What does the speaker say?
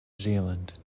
zealand